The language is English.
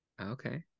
Okay